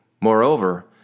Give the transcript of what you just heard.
Moreover